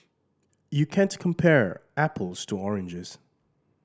you can't compare apples to oranges